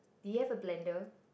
do you have a blender